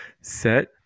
Set